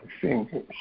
fingers